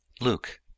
Luke